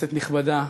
כנסת נכבדה,